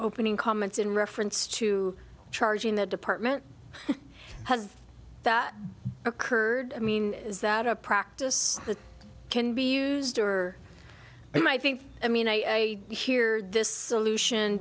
opening comments in reference to charging that department has that occurred i mean is that a practice that can be used or they might think i mean i hear this solution